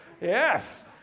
Yes